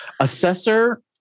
Assessor